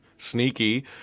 Sneaky